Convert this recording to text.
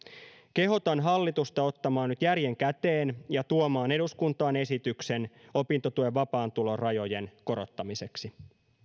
kehotan hallitusta ottamaan nyt järjen käteen ja tuomaan eduskuntaan esityksen opintotuen vapaan tulon rajojen korottamiseksi